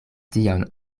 tion